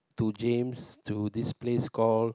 to James to this place call